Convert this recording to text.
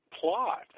plot